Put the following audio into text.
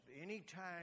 anytime